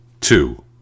two